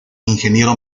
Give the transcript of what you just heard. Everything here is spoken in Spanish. ingeniero